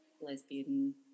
lesbian